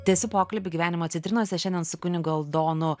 tęsiu pokalbį gyvenimo citrinose šiandien su kunigu aldonu